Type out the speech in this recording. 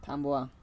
थांबवा